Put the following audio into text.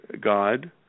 God